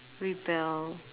rebel